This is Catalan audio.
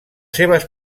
seves